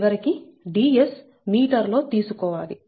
చివరికి Ds metre లో తీసుకోవాలి